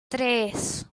tres